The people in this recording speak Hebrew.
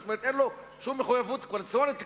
כלומר אין לו שום מחויבות קואליציונית כלפיו,